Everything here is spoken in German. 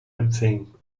empfing